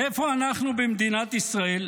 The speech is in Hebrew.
ואיפה אנחנו במדינת ישראל?